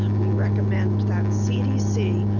we recommend that cdc,